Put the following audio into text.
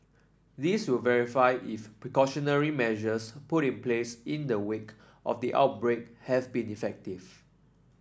this will verify if precautionary measures put in place in the wake of the outbreak has been effective